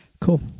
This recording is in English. Cool